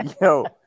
Yo